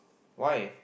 why